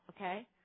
okay